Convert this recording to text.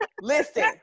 Listen